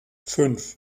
fünf